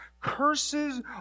Curses